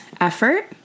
effort